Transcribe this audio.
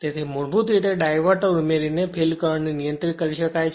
તેથી મૂળભૂત રીતે ડાયવર્ટર ઉમેરીને ફિલ્ડ કરંટ ને નિયંત્રિત કરી શકાય છે